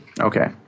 Okay